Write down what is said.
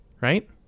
Right